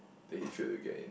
then he tried to get in